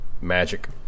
magic